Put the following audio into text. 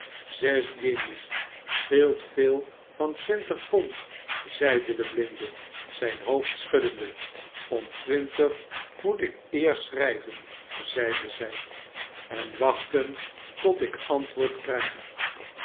zes guinjes scheelt veel van twintig pond zeide de blinde zijn hoofd schuddende om twintig moet ik eerst schrijven zeide zij en wachten tot ik antwoord krijg